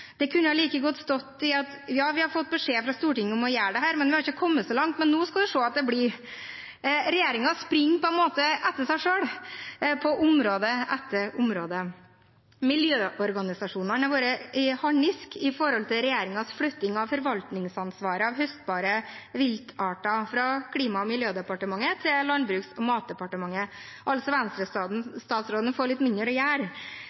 Det kunne like godt stått: Ja, vi har fått beskjed fra Stortinget om å gjøre dette. Vi har ikke kommet så langt, men nå skal du se at det skjer! Regjeringen springer på en måte etter seg selv på område etter område. Miljøorganisasjonene har vært i harnisk over regjeringens flytting av forvaltningsansvaret for høstbare viltarter fra Klima- og miljødepartementet til Landbruks- og matdepartementet – Venstre-statsråden får altså litt mindre å gjøre.